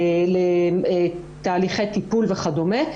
לתהליכי טיפול וכדומה.